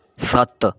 ਸੱਤ